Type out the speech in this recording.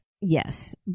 yes